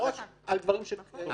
לא רק על דברים --- ברור.